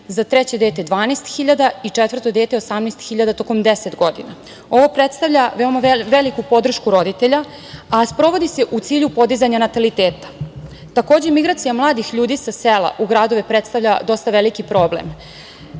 za treće dete 12 hiljada i četvrto dete 18 hiljada tokom deset godina. Ovo predstavlja veoma veliku podršku roditeljima, a sprovodi se u cilju podizanja nataliteta. Migracija mladih ljudi sa sela u gradove predstavlja dosta veliki problem.